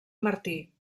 martí